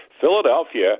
Philadelphia